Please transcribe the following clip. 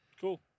Cool